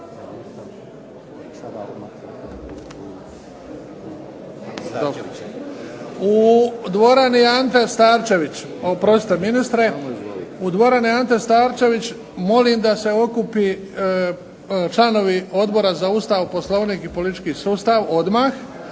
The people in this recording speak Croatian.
u dvorani "Ante Starčević" molim da se okupi članovi Odbora za Ustav, Poslovnik i politički sustav odmah